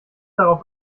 darauf